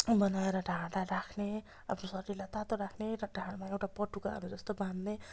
बनाएर ढाडलाई राख्ने आफ्नो शरीरलाई तातो राख्ने र ढाडमा एउटा पटुकाहरू जस्तो बाँध्ने